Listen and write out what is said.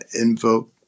invoke